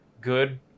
good